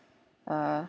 uh